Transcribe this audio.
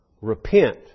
repent